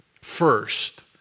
First